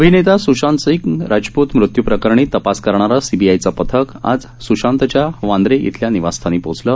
अभिनेता सुशांत सिंग राजपूत याच्या मृत्यूप्रकरणी तपास करणारं सीबीआयचं पथक आज स्शांतच्या वांद्रे इथल्या निवासस्थानी पोचलं